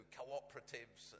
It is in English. cooperatives